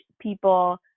people